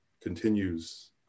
continues